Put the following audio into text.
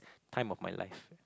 time of my life